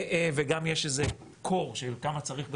וגם יש איזה core של כמה צריך בחינוך,